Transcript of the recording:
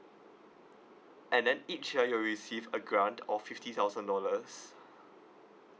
and then each year you'll receive a grant of fifty thousand dollars